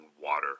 water